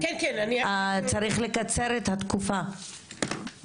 צריך לקצר את התקופה,